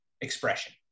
expression